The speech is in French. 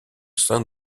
sein